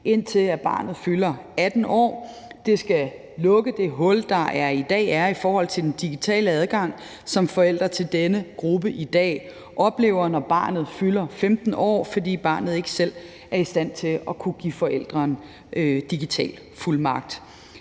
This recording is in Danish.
indtil barnet fylder 18 år. Det skal lukke det hul, der er i dag i forhold til den digitale adgang, som forældre til denne gruppe i dag oplever, når barnet fylder 15 år, fordi barnet ikke selv er i stand til at give forælderen digital fuldmagt.